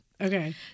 Okay